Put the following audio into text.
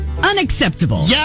unacceptable